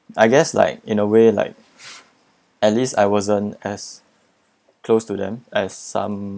I guess like in a way like at least I wasn't as close to them as some